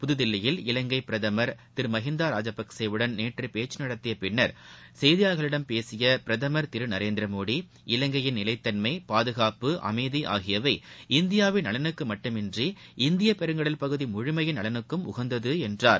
புதுதில்லியில் இலங்கை பிரதமர் திரு மகிந்தா ராஜபக்சேவுடன் நேற்று பேச்சு நடத்திய பின்னர் செய்தியாளர்களிடம் பேசிய பிரதமர் திரு நரேந்திர மோடி இலங்கையின் நிலைத்தன்மை பாதுனப்பு அமைதி ஆகியவை இந்தியாவின் நலனுக்கு மட்டுமின்றி இந்தியப்பெருங்கடல் பகுதி முழுமையின் நலனுக்கும் உகந்தது என்றார்